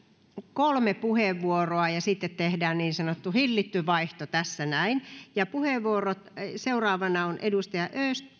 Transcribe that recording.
kolme puheenvuoroa ja sitten tehdään niin sanottu hillitty vaihto tässä näin seuraavana on edustaja